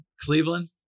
cleveland